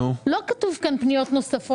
לא כתוב כאן על פניות נוספות.